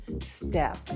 step